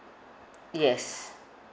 yes